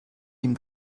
ihm